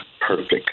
perfect